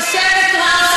ולכן,